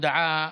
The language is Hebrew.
הודעה